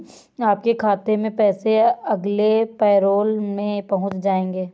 आपके खाते में पैसे अगले पैरोल में पहुँच जाएंगे